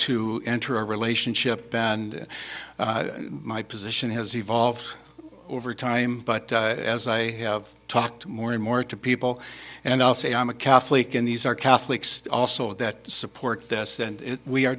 to enter a relationship and my position has evolved over time but as i have talked more and more to people and i'll say i'm a catholic and these are catholics also that support this and we are